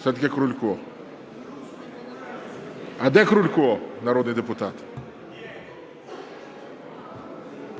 Все-таки Крулько. А де Крулько народний депутат?